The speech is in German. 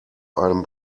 einem